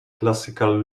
classical